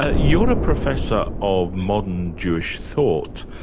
ah you're a professor of modern jewish thought.